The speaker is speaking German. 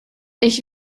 ich